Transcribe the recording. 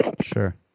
Sure